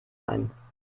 ein